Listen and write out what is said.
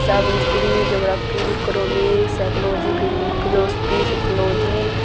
सब history geography economics psychology फेर philosophy sociology